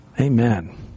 Amen